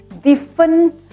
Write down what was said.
different